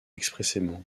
expressément